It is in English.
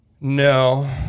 No